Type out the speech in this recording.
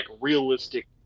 realistic